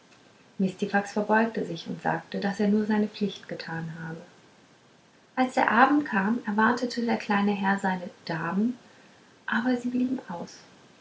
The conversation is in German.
mistifax verbeugte sich und sagte daß er nur seine pflicht getan habe als der abend kam erwartete der kleine herr seine damen aber sie blieben aus